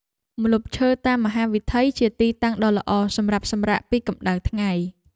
ម្លប់ឈើតាមមហាវិថីជាទីតាំងដ៏ល្អសម្រាប់សម្រាកពីកម្ដៅថ្ងៃ។